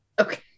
Okay